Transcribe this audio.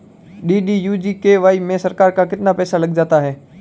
DDU GKY में सरकार का कितना पैसा लग जाता है?